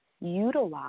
utilize